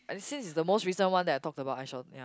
since its the most recent one that I talked about I shall ya